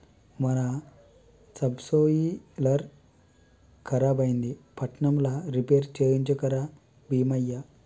మన సబ్సోయిలర్ ఖరాబైంది పట్నంల రిపేర్ చేయించుక రా బీమయ్య